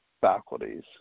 faculties